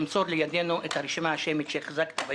אני מבקש למסור לידינו את הרשימה השמית שהחזקת ביד.